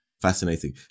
fascinating